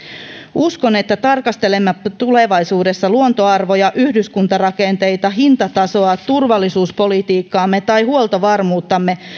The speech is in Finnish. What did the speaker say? uskon että tarkastelemmepa tulevaisuudessa luontoarvoja yhdyskuntarakenteita hintatasoa turvallisuuspolitiikkaamme tai huoltovarmuuttamme